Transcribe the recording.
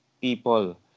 people